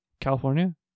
California